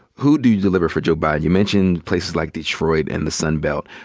who do you deliver for joe biden? you mentioned places like detroit and the sun belt.